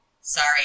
Sorry